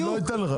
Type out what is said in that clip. אני לא אתן לך.